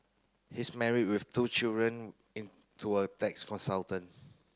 he is married with two children in to a tax consultant